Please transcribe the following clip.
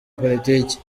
politiki